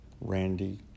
Randy